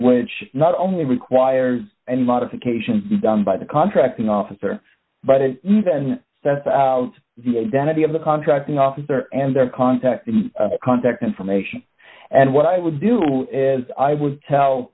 which not only requires any modification done by the contracting officer but then that's out the identity of the contracting officer and their contact and contact information and what i would do is i would tell